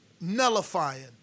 nullifying